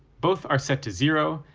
both are set to zero,